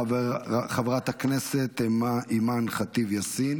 חברת הכנסת אימאן ח'טיב יאסין,